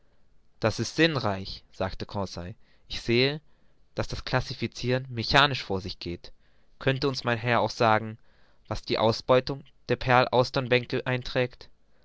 das ist sinnreich sagte conseil ich sehe daß hier das classificiren mechanisch vor sich geht könnte uns mein herr auch sagen was die ausbeutung der perl austernbänke einträgt